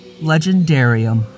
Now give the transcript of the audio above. Legendarium